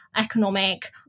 economic